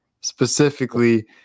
specifically